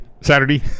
Saturday